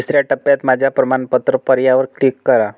तिसर्या टप्प्यात माझ्या प्रमाणपत्र पर्यायावर क्लिक करा